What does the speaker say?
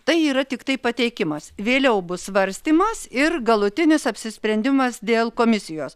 tai yra tiktai pateikimas vėliau bus svarstymas ir galutinis apsisprendimas dėl komisijos